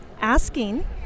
asking